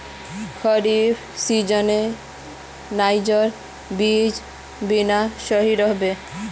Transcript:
खरीफ सीजनत नाइजर बीज बोना सही रह बे